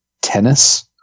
tennis